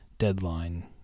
deadline